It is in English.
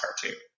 cartoon